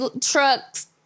trucks